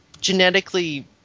genetically